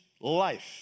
life